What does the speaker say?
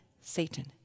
satan